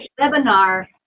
webinar